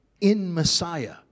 in-Messiah